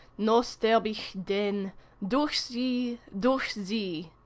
no sterb'ich denn durch sie durch sie